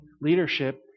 leadership